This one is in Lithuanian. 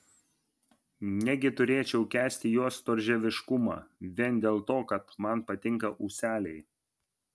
negi turėčiau kęsti jo storžieviškumą vien dėl to kad man patinka ūseliai